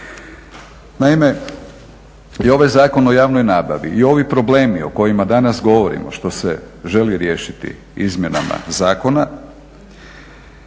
Naime, i ovaj Zakon o javnoj nabavi i ovi problemi o kojima danas govorimo što se želi riješiti izmjenama zakona,